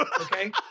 okay